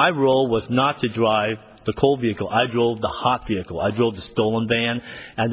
my role was not to drive the call vehicle i drove the hot vehicle i drove the stolen van and